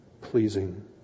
pleasing